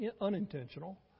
unintentional